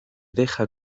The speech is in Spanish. deja